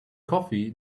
coffee